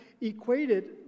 equated